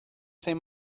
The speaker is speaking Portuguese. sem